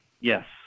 Yes